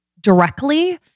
directly